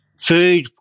food